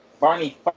Barney